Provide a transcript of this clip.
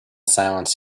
silence